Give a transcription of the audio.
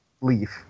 leave